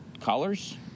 colors